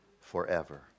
forever